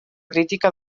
crítica